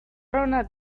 ronda